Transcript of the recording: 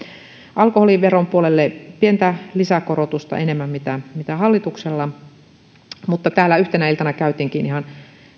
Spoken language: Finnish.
alkoholiveron puolelle pientä lisäkorotusta enemmän kuin hallituksella täällä yhtenä iltana käytiinkin ihan